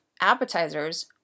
appetizers